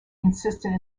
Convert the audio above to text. consistent